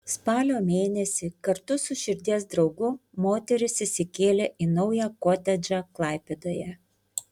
spalio mėnesį kartu su širdies draugu moteris įsikėlė į naują kotedžą klaipėdoje